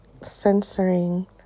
censoring